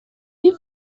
این